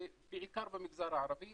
בעיקר במגזר הערבי